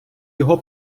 його